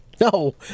No